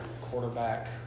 quarterback